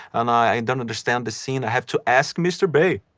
and i don't understand the scene. i have to ask mr. bay.